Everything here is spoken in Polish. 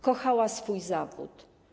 Kochała swój zawód.